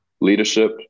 leadership